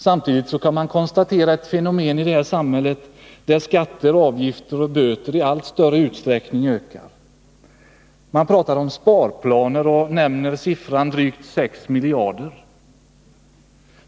Samtidigt kan man konstatera ett fenomen i vårt samhälle, nämligen att skatter, avgifter och böter ökar alltmer. De borgerliga talar om sparplaner och nämner siffran drygt 6 miljarder.